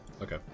Okay